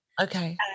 Okay